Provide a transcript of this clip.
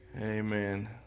Amen